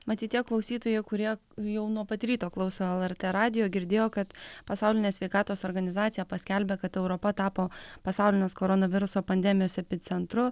matyt tie klausytojai kurie jau nuo pat ryto klauso lrt radijo girdėjo kad pasaulinė sveikatos organizacija paskelbė kad europa tapo pasaulinės koronaviruso pandemijos epicentru